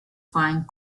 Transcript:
find